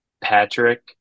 Patrick